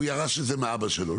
הוא ירש את זה מאבא שלו.